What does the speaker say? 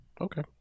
Okay